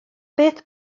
beth